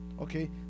Okay